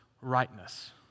rightness